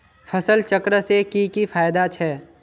फसल चक्र से की की फायदा छे?